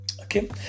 Okay